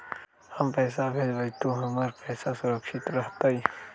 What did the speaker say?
हम पैसा भेजबई तो हमर पैसा सुरक्षित रहतई?